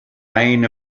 reign